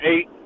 eight